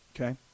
Okay